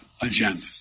agenda